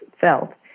felt